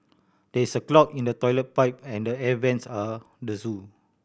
there is a clog in the toilet pipe and the air vents are the zoo